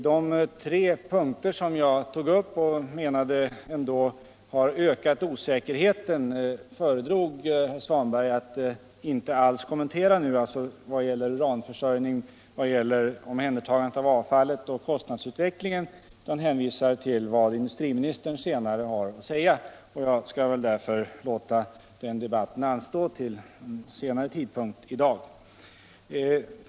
De tre punkter som jag tog upp och menade hade ökat osäkerheten — uranförsörjningen, omhändertagandet av avfallet och kostnadsutvecklingen — föredrog herr Svanberg att inte alls kommentera utan hänvisade till industriministern. Jag skall därför låta den debatten anstå till en senare tidpunkt i dag.